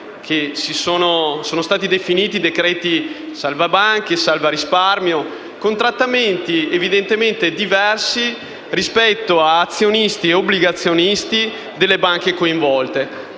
provvedimenti (definiti decreti salva banche, salva risparmio eccetera) con trattamenti evidentemente diversi rispetto ad azionisti e obbligazionisti delle banche coinvolte.